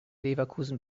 leverkusen